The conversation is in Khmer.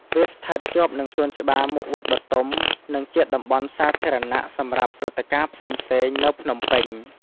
វាស្ថិតជាប់នឹងសួនច្បារមុខវត្តបុទុម និងជាតំបន់សាធារណៈសម្រាប់ព្រឹត្តិការណ៍ផ្សេងៗ នៅភ្នំពេញ។